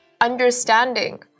understanding